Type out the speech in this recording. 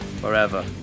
forever